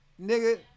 Nigga